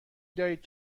دارید